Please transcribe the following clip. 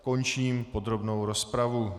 Končím podrobnou rozpravu.